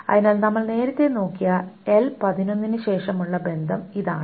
അതിനാൽ നമ്മൾ നേരത്തെ നോക്കിയ L11 ന് ശേഷമുള്ള ബന്ധം ഇതാണ്